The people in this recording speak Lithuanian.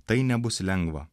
tai nebus lengva